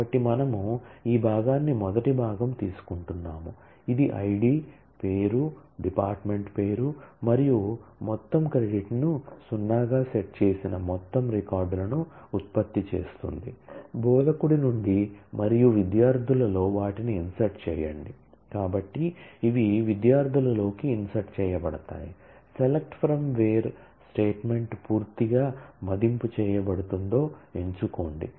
కాబట్టి నేను insert with select statement పూర్తిగా మదింపు చేయబడుతుందో ఎంచుకోండి